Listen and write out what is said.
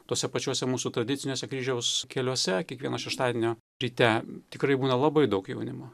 tose pačiuose mūsų tradiciniuose kryžiaus keliuose kiekvieno šeštadienio ryte tikrai būna labai daug jaunimo